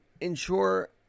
ensure